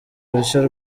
rushya